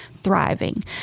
thriving